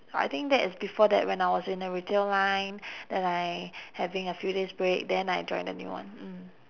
I think that is before that when I was in the retail line then I having a few days break then I join the new one mm